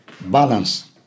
balance